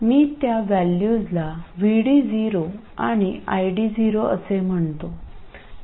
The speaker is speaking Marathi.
मी त्या व्हॅल्यूजला VD0 आणि ID0 असे म्हणतो